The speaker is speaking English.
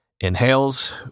Inhales